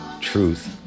truth